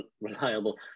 reliable